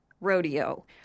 rodeo